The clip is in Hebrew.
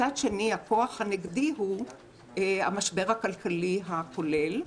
מצד שני, הכוח הנגדי הוא המשבר הכלכלי הכולל,